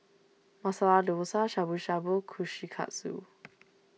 Masala Dosa Shabu Shabu Kushikatsu